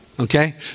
Okay